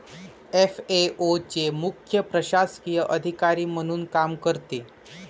FAO चे मुख्य प्रशासकीय अधिकारी म्हणून काम करते